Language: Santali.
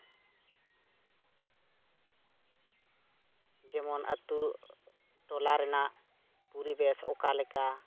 ᱡᱮᱢᱚᱱ ᱟᱹᱛᱩ ᱴᱚᱞᱟ ᱨᱮᱱᱟᱜ ᱯᱚᱨᱤᱵᱮᱥ ᱚᱠᱟᱞᱮᱠᱟ